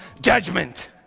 judgment